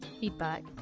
feedback